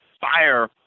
fire